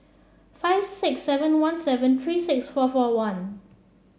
five six seven one seven three six four four one